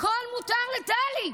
הכול מותר לטלי.